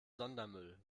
sondermüll